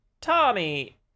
Tommy